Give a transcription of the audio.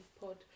Pod